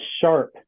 sharp